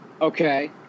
Okay